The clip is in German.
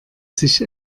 sich